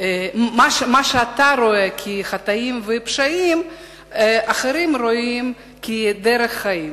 מה שאתה רואה כחטאים ופשעים אחרים רואים כדרך חיים.